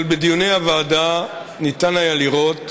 אבל בדיוני הוועדה ניתן היה לראות,